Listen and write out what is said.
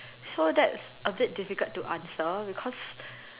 so that's a bit difficult to answer because